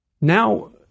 Now